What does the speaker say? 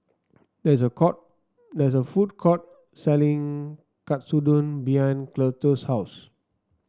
there is a court there is a food court selling Katsudon behind Cletus' house